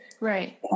Right